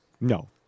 no